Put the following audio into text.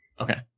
Okay